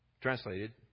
Translated